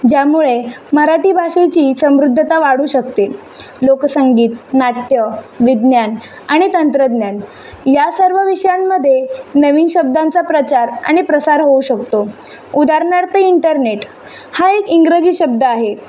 ज्यामुळे मराठी भाषेची समृद्धता वाढू शकते लोकसंगीत नाट्य विज्ञान आणि तंत्रज्ञान या सर्व विषयांमध्ये नवीन शब्दांचा प्रचार आणि प्रसार होऊ शकतो उदारणार्थ इंटरनेट हा एक इंग्रजी शब्द आहे